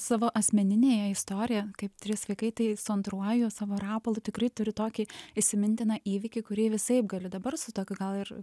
savo asmeninėje istoriją kaip trys vaikai tai su antruoju savo rapolu tikrai turiu tokį įsimintiną įvykį kurį visaip galiu dabar su tokiu gal ir